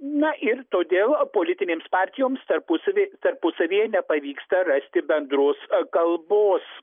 na ir todėl politinėms partijoms tarpusavy tarpusavyje nepavyksta rasti bendros kalbos